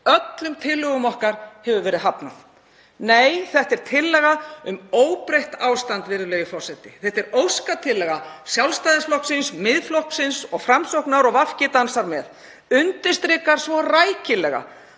Öllum tillögum okkar hefur verið hafnað. Nei, þetta er tillaga um óbreytt ástand, virðulegi forseti. Þetta er óskatillaga Sjálfstæðisflokksins, Miðflokksins og Framsóknar og VG dansar með. Það undirstrikar svo rækilega